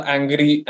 Angry